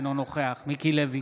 אינו נוכח מיקי לוי,